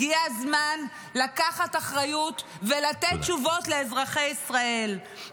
הגיע הזמן לקחת אחריות ולתת תשובות לאזרחי ישראל.